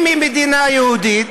אם היא מדינה יהודית,